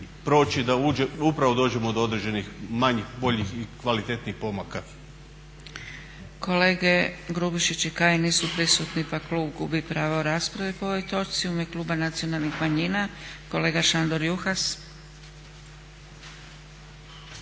da upravo dođemo do određenih manjih, boljih i kvalitetnijih pomaka.